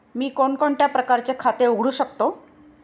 मी कोणकोणत्या प्रकारचे खाते उघडू शकतो?